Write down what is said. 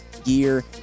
gear